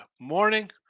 morning